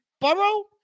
Burrow